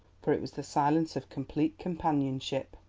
for it was the silence of complete companionship.